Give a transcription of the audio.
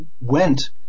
went